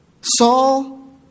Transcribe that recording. Saul